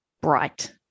bright